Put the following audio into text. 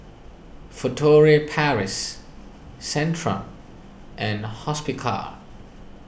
Furtere Paris Centrum and Hospicare